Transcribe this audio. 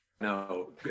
No